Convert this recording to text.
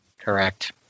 Correct